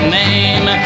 name